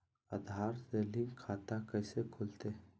आधार से लिंक खाता कैसे खुलते?